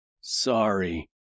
sorry